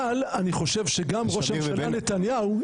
אבל אני חושב שגם ראש הממשלה נתניהו,